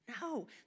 No